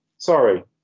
Sorry